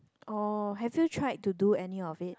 or have you tried to do any of it